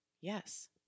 Yes